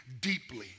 deeply